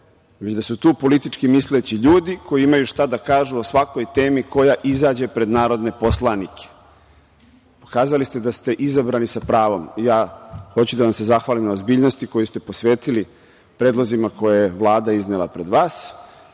već da su tu politički misleći ljudi, koji imaju šta da kažu o svakoj temi koja izađe pred narodne poslanike, pokazali ste da ste izabrani sa pravom. Hoću da vam se zahvalim na ozbiljnosti koju ste posvetili predlozima koje je Vlada iznela pred vas.